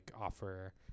offer